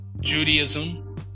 Judaism